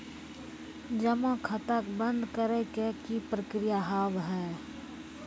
जमा खाता के बंद करे के की प्रक्रिया हाव हाय?